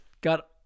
got